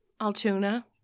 Altoona